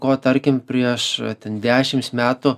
ko tarkim prieš ten dešimts metų